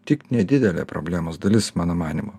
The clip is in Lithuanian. tik nedidelė problemos dalis mano manymu